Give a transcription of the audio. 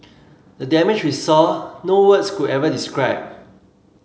the damage we saw no words could ever describe